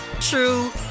true